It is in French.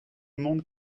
monde